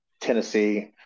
Tennessee